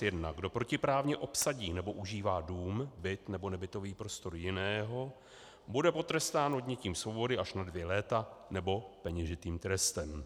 1: Kdo protiprávně obsadí nebo užívá dům, byt nebo nebytový prostor jiného, bude potrestán odnětím svobody až na dvě léta nebo peněžitým trestem.